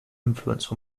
influence